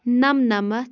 نَمنَمَتھ